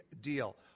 deal